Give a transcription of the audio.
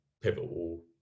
pivotal